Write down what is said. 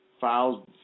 files